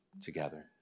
together